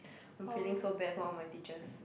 I'm feeling so bad for all my teachers